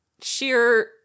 sheer